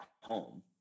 home